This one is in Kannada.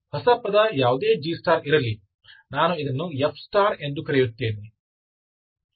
ಹೊಸ ಪದ ಯಾವುದೇ G ಇರಲಿ ನಾನು ಇದನ್ನು F ಎಂದು ಕರೆಯುತ್ತೇನೆ